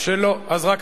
ולא קראו בשמו?